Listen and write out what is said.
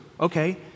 Okay